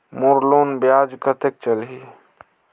मोर loan ब्याज कतेक चलही?